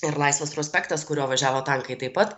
ir laisvės prospektas kuriuo važiavo tankai taip pat